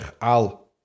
al